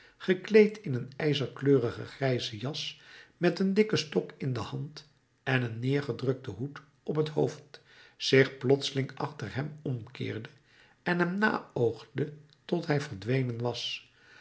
gekleed in een ijzerkleurige grijze jas met een dikken stok in de hand en een neergedrukten hoed op het hoofd zich plotseling achter hem omkeerde en hem naoogde tot hij verdwenen was